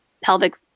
pelvic